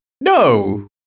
No